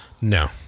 No